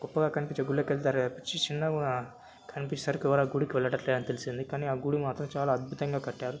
గొప్పగా కనిపించే గుడిలోకెళ్తారు చిన్నగున్న కనిపించేసరికి ఎవరా గుడికి వెళ్ళట్లేదని తెలిసింది కానీ ఆ గుడి మాత్రం చాలా అద్భుతంగా కట్టారు